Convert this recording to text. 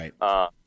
Right